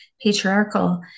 patriarchal